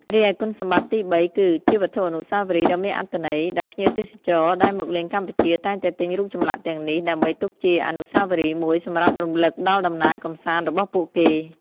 រីឯគុណសម្បត្តិទីបី គឺ ជាវត្ថុអនុស្សាវរីយ៍ដ៏មានអត្ថន័យ ដោយភ្ញៀវទេសចរដែលមកលេងកម្ពុជាតែងតែទិញរូបចម្លាក់ទាំងនេះ ដើម្បីទុកជាអនុស្សាវរីយ៍មួយសម្រាប់រំលឹកដល់ដំណើរកម្សាន្តរបស់ពួកគេ។